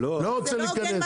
לא רוצה להיכנס,